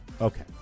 Okay